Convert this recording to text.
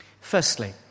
Firstly